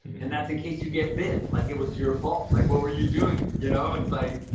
and that's in case you get bit like it was your fault. like what were you doing? you know, it's like,